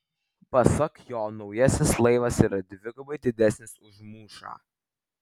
pasak jo naujasis laivas yra dvigubai didesnis už mūšą